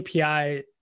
API